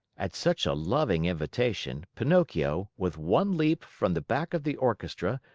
at such a loving invitation, pinocchio, with one leap from the back of the orchestra,